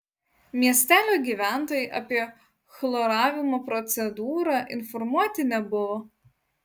miestelio gyventojai apie chloravimo procedūrą informuoti nebuvo